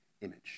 image